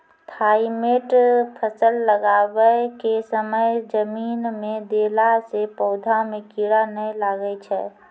Thimet फ़सल लगाबै के समय जमीन मे देला से पौधा मे कीड़ा नैय लागै छै?